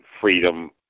freedom